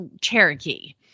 Cherokee